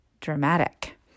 dramatic